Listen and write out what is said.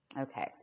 Okay